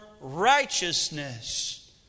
righteousness